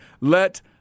let